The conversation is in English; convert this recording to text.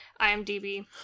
IMDb